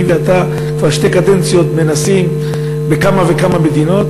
אני ואתה כבר שתי קדנציות מנסים בכמה וכמה מדינות,